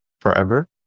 forever